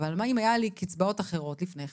מה אם היו לי קצבאות אחרות לפני כן?